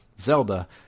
Zelda